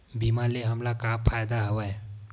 बीमा ले हमला का फ़ायदा हवय?